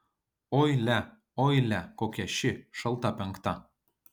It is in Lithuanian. oi lia oi lia kokia ši šalta penkta